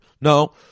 No